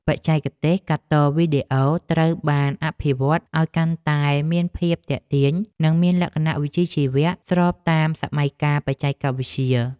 បច្ចេកទេសកាត់តវីដេអូត្រូវបានអភិវឌ្ឍឱ្យកាន់តែមានភាពទាក់ទាញ និងមានលក្ខណៈវិជ្ជាជីវៈស្របតាមសម័យកាលបច្ចេកវិទ្យា។